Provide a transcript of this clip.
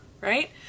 Right